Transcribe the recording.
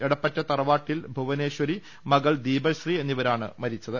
എടപ്പറ്റ തറവാട്ടിൽ ഭുവനേശ്വരി മകൾ ദീപശ്രീ എന്നിവരാണ് മരിച്ചത്